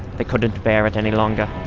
they couldn't bear it any longer.